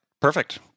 Perfect